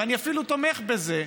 ואני אפילו תומך בזה,